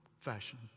fashion